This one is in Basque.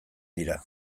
dira